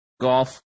Golf